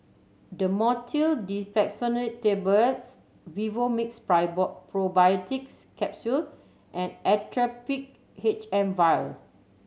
Dhamotil Diphenoxylate Tablets Vivomixx Probiotics Capsule and Actrapid H M Vial